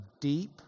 deep